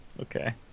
Okay